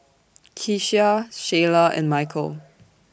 Keshia Shiela and Mykel